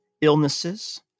illnesses